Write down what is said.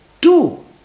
Two